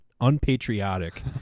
unpatriotic